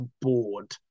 bored